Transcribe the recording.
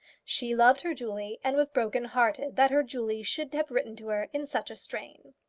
she loved her julie, and was broken-hearted that her julie should have written to her in such a strain.